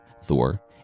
Thor